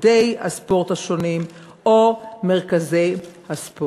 איגודי הספורט השונים או מרכזי הספורט.